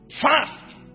Fast